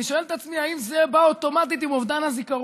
אני שואל את עצמי אם זה בא אוטומטית עם אובדן הזיכרון.